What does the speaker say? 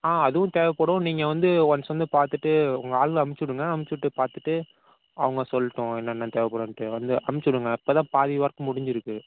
ஆ அதுவும் தேவைப்படும் நீங்கள் வந்து ஒன்ஸ் வந்து பார்த்துட்டு உங்க ஆளுங்களை அமுச்சு விடுங்க அமுச்சு விட்டு பார்த்துட்டு அவங்க சொல்லட்டும் என்னென்ன தேவைப்படுன்ட்டு வந்து அமுச்சு விடுங்க இப்போதான் பாதி ஒர்க் முடிஞ்சிருக்குது